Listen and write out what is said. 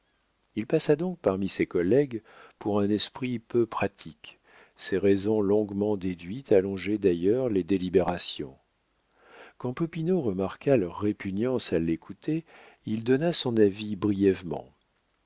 il passa donc parmi ses collègues pour un esprit peu pratique ses raisons longuement déduites allongeaient d'ailleurs les délibérations quand popinot remarqua leur répugnance à l'écouter il donna son avis brièvement